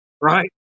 Right